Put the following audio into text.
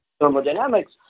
thermodynamics